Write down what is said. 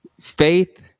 Faith